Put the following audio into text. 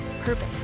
purpose